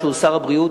שהוא שר הבריאות,